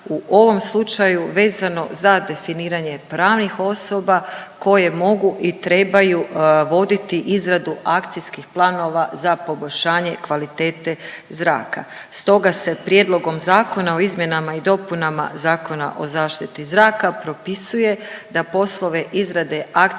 u ovom slučaju vezano za definiranje pravnih osoba koje mogu i trebaju voditi izradu akcijskih planova za poboljšanje kvalitete zraka. Stoga se Prijedlogom zakona o izmjenama i dopunama Zakona o zaštiti zraka propisuje da poslove izrade akcijskih planova